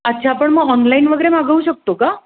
अच्छा पण मग ऑनलाईन वगैरे मागवू शकतो का